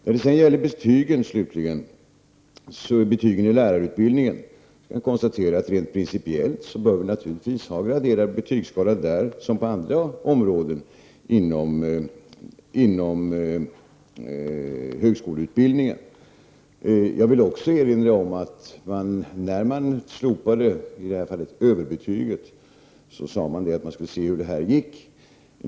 När det slutligen gäller betygen inom lärarutbildningen kan jag konstatera att man rent principiellt naturligtvis bör ha en graderad betygsskala där liksom på andra områden inom högskoleutbildningen. Jag vill också erinra om att när man slopade överbetyget sade man att man skulle se hur det gick.